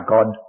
God